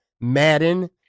Madden